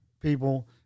people